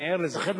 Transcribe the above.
אני ער לזה.